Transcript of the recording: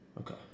Okay